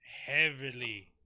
heavily